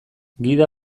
gida